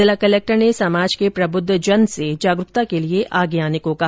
जिला कलेक्टर ने समाज के प्रबुद्वजनों से जागरूकता के लिए आगे आने को कहा